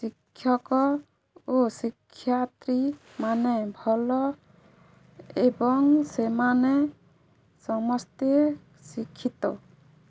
ଶିକ୍ଷକ ଓ ଶିକ୍ଷୟତ୍ରୀ ମାନେ ଭଲ ଏବଂ ସେମାନେ ସମସ୍ତେ ଶିକ୍ଷିତ